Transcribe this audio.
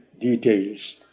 details